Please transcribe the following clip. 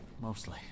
Mostly